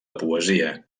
poesia